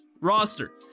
roster